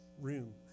room